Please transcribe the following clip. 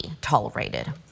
tolerated